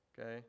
Okay